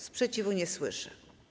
Sprzeciwu nie słyszę.